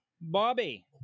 bobby